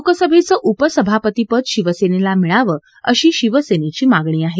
लोकसभेचं उपसभापतीपद शिवसेनेला मिळावं अशी शिवसेनेची मागणी आहे